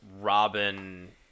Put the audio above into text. Robin